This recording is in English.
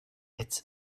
its